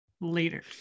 later